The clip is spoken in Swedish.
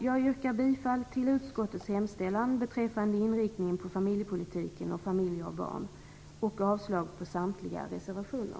Jag yrkar bifall till utskottets hemställan beträffande inriktningen på familjepolitiken och familjer och barn och avslag på samtliga reservationer.